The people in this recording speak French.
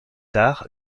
tard